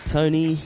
Tony